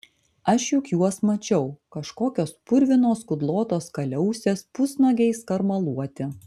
aš juk juos mačiau kažkokios purvinos kudlotos kaliausės pusnuogiai skarmaluoti